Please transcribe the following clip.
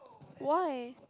why